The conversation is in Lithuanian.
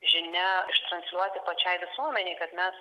žinia transliuoti pačiai visuomenei kad mes